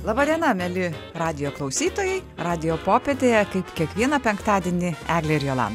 laba diena mieli radijo klausytojai radijo popietėje kaip kiekvieną penktadienį eglė ir jolan